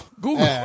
Google